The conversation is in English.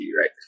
right